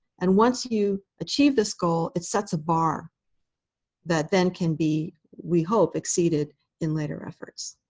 and once you achieve this goal, it sets a bar that then can be we hope exceeded in later efforts.